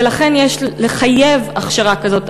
ולכן יש לחייב הכשרה כזאת,